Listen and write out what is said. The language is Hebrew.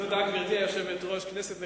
גברתי היושבת-ראש, תודה, כנסת נכבדה,